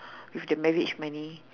with the marriage money